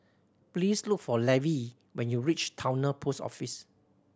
please look for Levy when you reach Towner Post Office